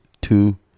two